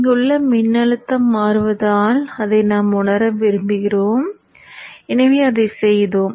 இங்குள்ள மின்னழுத்தம் மாறுவதால் அதை நாம் உணர விரும்புகிறோம் எனவே அதைச் செய்தோம்